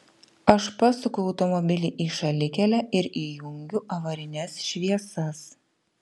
aš pasuku automobilį į šalikelę ir įjungiu avarines šviesas